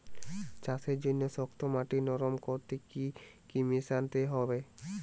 চাষের জন্য শক্ত মাটি নরম করতে কি কি মেশাতে হবে?